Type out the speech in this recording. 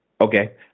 Okay